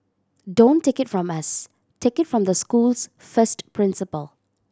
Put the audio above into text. don't take it from us take it from the school's first principal